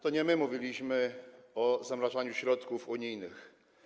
To nie my mówiliśmy o zamrażaniu środków unijnych.